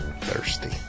Thirsty